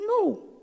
No